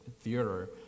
theater